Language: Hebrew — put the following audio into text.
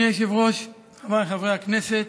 אדוני היושב-ראש, חבריי חברי הכנסת,